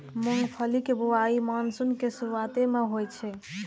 मूंगफलीक बुआई मानसूनक शुरुआते मे होइ छै